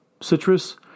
citrus